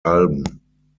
alben